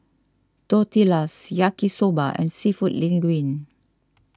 Tortillas Yaki Soba and Seafood Linguine